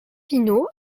pineau